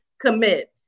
commit